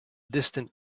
distant